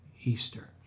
Easter